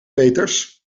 peeters